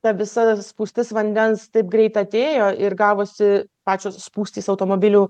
ta visas spūstis vandens taip greit atėjo ir gavosi pačios spūstys automobilių